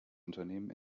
unternehmen